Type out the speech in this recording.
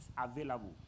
available